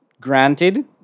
Granted